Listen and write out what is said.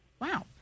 Wow